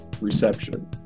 reception